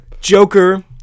Joker